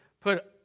put